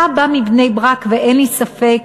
אתה בא מבני-ברק, ואין לי ספק